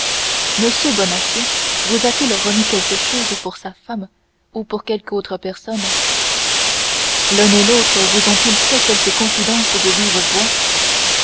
m bonacieux vous a-t-il remis quelque chose pour sa femme ou pour quelque autre personne l'un et l'autre vous ont-ils fait quelque confidence de vive voix